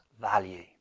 value